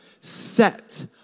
set